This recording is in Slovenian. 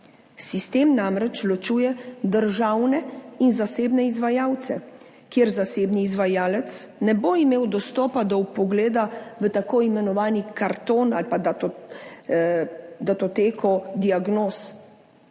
Sistem namreč ločuje državne in zasebne izvajalce, kjer zasebni izvajalec ne bo imel dostopa do vpogleda v tako imenovani karton ali pa da datoteko diagnoz.